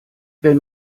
wenn